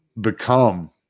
become